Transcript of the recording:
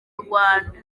rwanda